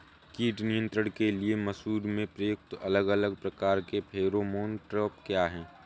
कीट नियंत्रण के लिए मसूर में प्रयुक्त अलग अलग प्रकार के फेरोमोन ट्रैप क्या है?